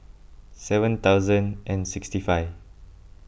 seven thousand and sixty five